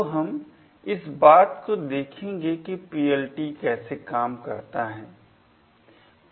तो हम इस बात को देखेंगे कि PLT कैसे काम करता है